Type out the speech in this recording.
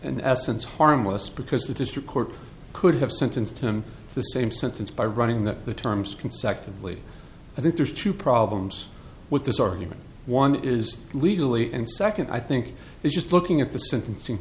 an essence harmless because the district court could have sentenced him to the same sentence by running that the terms consecutively i think there's two problems with this argument one is legally and second i think he's just looking at the sentencing